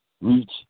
Reach